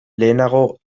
lehenago